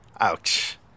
Ouch